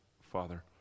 Father